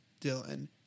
Dylan